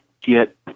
get